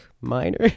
minor